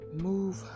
move